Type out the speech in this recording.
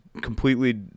completely